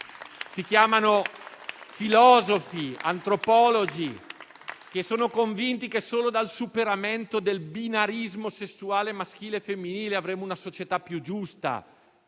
di filosofi e antropologi convinti che solo dal superamento del binarismo sessuale maschile e femminile avremo una società più giusta.